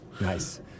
Nice